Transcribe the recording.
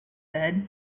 said